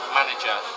manager